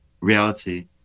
reality